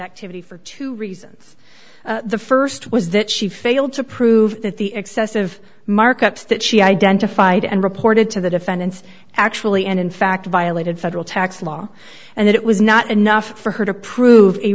activity for two reasons the st was that she failed to prove that the excessive markups that she identified and reported to the defendants actually and in fact violated federal tax law and it was not enough for her to prove a